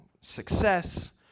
success